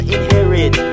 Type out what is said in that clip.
Inherit